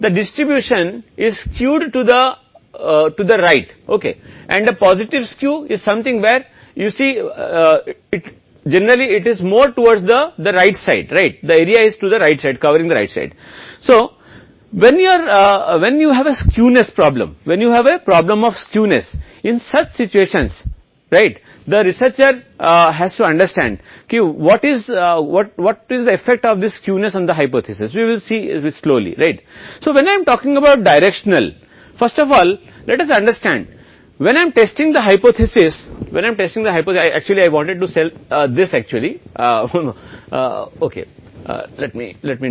अब कैसे आम तौर पर कह रहे हैं कि यह एक सामान्य वितरण है तो औसत माध्य है और मोड केंद्र में और जब तक तिरछा नहीं होगा लेकिन अगर इसे तिरछा किया जाता है मान लीजिए यह वितरण सकारात्मक रूप से तिरछा है और अन्यथा यह कुछ इस तरह का अधिकार हो सकता है इसलिए यह एक नकारात्मक तिरछा है वितरण को दाईं ओर तिरछा किया जाता है और एक सकारात्मक तिरछा एक ऐसा स्थान है आम तौर पर यह दाईं ओर की ओर अधिक होता है दाईं ओर का क्षेत्र दाईं ओर पक्ष को कवर करता है